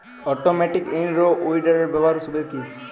Automatic in row উইডারের ব্যবহারের সুবিধা কি?